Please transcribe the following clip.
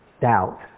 doubt